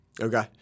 Okay